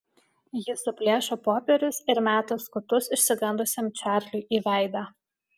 ji suplėšo popierius ir meta skutus išsigandusiam čarliui į veidą